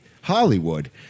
Hollywood